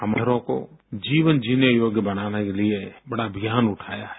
कामगारों को जीवन जीने योग्य बनाने के लिए बड़ा अभियान उठाया है